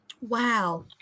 Wow